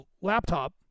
laptop